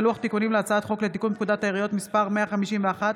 וכן לוח תיקונים להצעת חוק לתיקון פקודת העיריות (מס' 151),